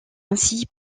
ainsi